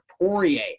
Poirier